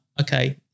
okay